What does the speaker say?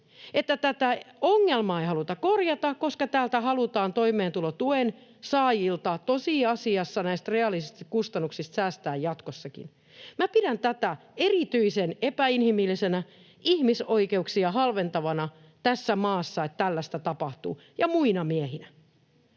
tätä ongelmaa ei haluta korjata, koska täältä halutaan toimeentulotuen saajilta tosiasiassa näistä reaalisista kustannuksista säästää jatkossakin. Minä pidän erityisen epäinhimillisenä, ihmisoikeuksia halventavana, että tässä maassa tällaista tapahtuu — ja muina miehinä.